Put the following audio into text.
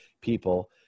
people